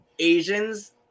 Asians